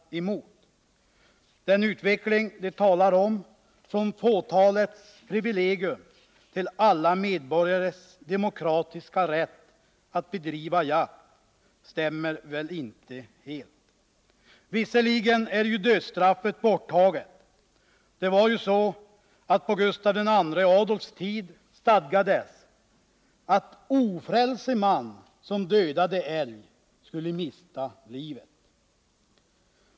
Den stämmer väl inte helt när det gäller den utveckling de talar om — från fåtalets privilegium till alla medborgares demokratiska rätt att bedriva jakt. Visserligen är dödsstraffet borttaget — på Gustav II Adolfs tid stadgades det ju att ”ofrälse man som dödade älg skulle mista livet”.